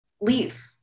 leave